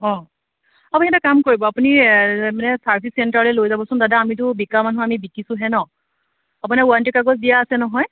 অঁ আপুনি এটা কাম কৰিব আপুনি মানে ছাৰ্ভিছ চেণ্টাৰলৈ লৈ যাবচোন দাদা আমিতো বিকা মানুহ আমি বিকিছোঁহে ন আপোনাৰ ৱাৰেণ্টি কাগজ দিয়া আছে নহয়